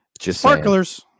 Sparklers